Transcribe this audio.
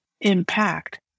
impact